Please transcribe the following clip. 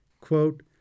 quote